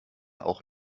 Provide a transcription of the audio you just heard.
auch